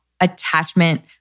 attachment